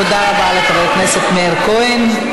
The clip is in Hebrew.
תודה רבה לחבר הכנסת מאיר כהן.